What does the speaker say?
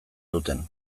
duten